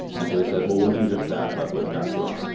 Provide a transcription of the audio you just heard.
and so they said, well, we'll do just that, but with graphql.